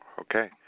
okay